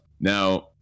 Now